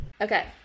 Okay